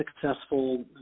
successful